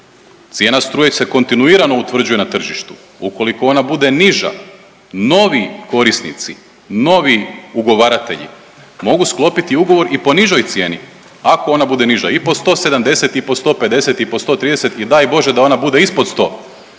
Cijena struje se kontinuirano utvrđuje na tržištu, ukoliko ona bude niža novi korisnici, novi ugovaratelji mogu sklopiti ugovor i po nižoj cijeni ako ona bude niža i po 170 i 150 i po 130 i daj Bože da ona bude ispod 100,